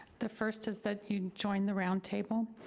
the first is that you join the roundtable.